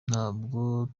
ntabwo